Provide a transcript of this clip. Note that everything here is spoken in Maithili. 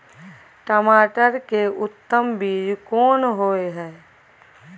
टमाटर के उत्तम बीज कोन होय है?